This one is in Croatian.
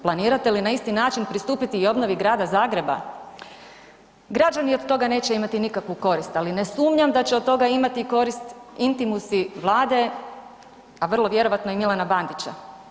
Planirate li na isti način pristupiti i obnovi Grada Zagreba? građani od toga neće imati nikakvu korist, ali ne sumnjam da će od toga imati korist intimusi Vlade, a vrlo vjerojatno i Milana Bandića.